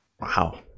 Wow